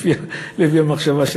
לפי המחשבה שלך.